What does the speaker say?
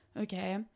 Okay